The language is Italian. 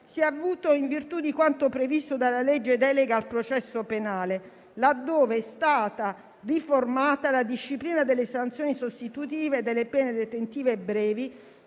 si è avuto in virtù di quanto previsto dalla legge delega sul processo penale, laddove è stata riformata la disciplina delle sanzioni sostitutive delle pene detentive brevi,